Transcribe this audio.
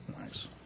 Nice